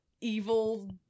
evil